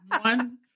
one